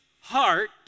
heart